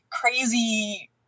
crazy